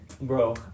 Bro